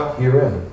herein